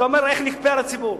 אתה אומר: איך נכפה על הציבור?